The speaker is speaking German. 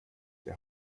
der